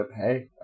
hey